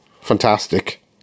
Fantastic